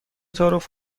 تعارف